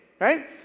right